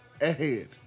ahead